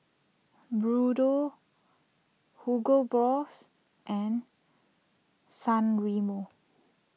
Bluedio Hugo Boss and San Remo